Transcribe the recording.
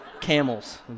camels